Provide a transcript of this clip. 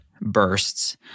bursts